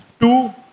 Two